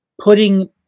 putting